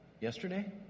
yesterday